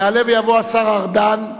יעלה ויבוא השר ארדן,